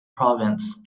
province